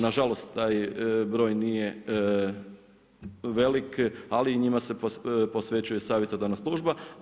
Nažalost, taj broj nije veliki, ali njima se posvećuje savjetodavna služba.